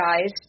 guys